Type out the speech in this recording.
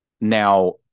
Now